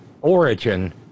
origin